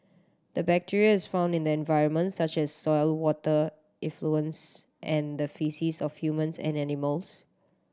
the bacteria is found in the environment such as soil water effluents and the faeces of humans and animals